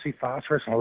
phosphorus